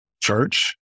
church